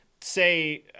say